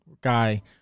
guy